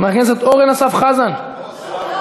חבר הכנסת איציק שמולי,